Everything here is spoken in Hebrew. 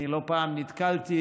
אני לא פעם נתקלתי,